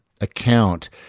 account